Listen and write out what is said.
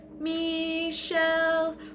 michelle